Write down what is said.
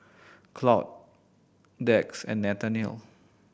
Claud Dax and Nathanial